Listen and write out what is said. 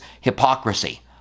hypocrisy